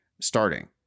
starting